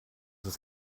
ist